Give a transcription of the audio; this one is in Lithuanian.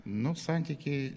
nu santykiai